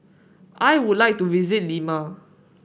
I would like to visit Lima